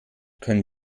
können